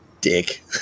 dick